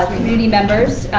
community members.